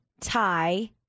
tie